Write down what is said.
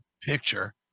picture